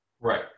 Right